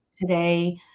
today